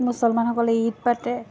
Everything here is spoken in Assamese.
মুছলমানসকলে ঈদ পাতে